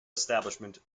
establishment